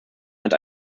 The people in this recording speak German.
hat